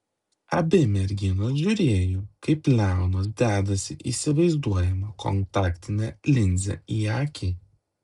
abi merginos žiūrėjo kaip leonas dedasi įsivaizduojamą kontaktinę linzę į akį